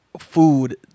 food